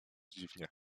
dziwnie